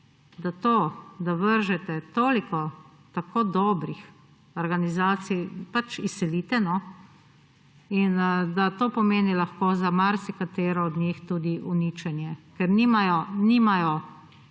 da to, da vržete toliko tako dobrih organizacij, pač izselite, in da to pomeni lahko za marsikatero od njih tudi uničenje, ker nimajo